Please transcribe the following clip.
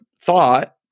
thought